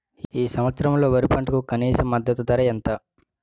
ఈ సంవత్సరంలో వరి పంటకు కనీస మద్దతు ధర ఎంత?